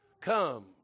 come